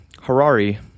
Harari